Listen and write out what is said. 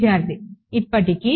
విద్యార్థి ఇప్పటికీ